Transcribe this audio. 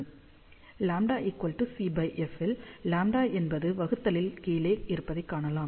λcf இல் λ என்பது வகுத்தலில் கீழே இருப்பதைக் காணலாம்